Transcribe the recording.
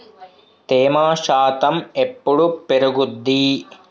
తేమ శాతం ఎప్పుడు పెరుగుద్ది?